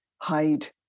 hide